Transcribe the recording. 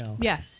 Yes